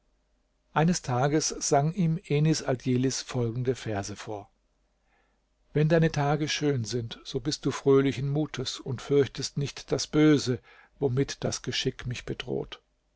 eines tages sang ihm enis aldjelis folgende verse vor wenn deine tage schön sind so bist du fröhlichen mutes und fürchtest nicht das böse womit das geschick mich bedroht